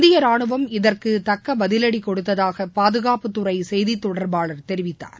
இந்திய ராணுவம் இதற்கு தக்க பதிலடி கொடுத்ததாக பாதுகாப்புத்துறை செய்தி தொடர்பாளர் தெரிவித்தார்